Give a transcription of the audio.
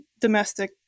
domestic